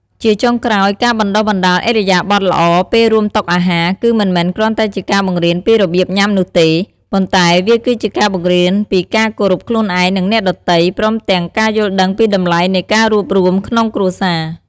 ជាចុងក្រោយការបណ្តុះបណ្តាលឥរិយាបថល្អពេលរួមតុអាហារ គឺមិនមែនគ្រាន់តែជាការបង្រៀនពីរបៀបញ៉ាំនោះទេ ប៉ុន្តែវាគឺជាការបង្រៀនពីការគោរពខ្លួនឯង និងអ្នកដទៃ ព្រមទាំងការយល់ដឹងពីតម្លៃនៃការរួបរួមក្នុងគ្រួសារ។